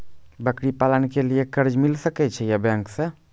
बकरी पालन के लिए कर्ज मिल सके या बैंक से?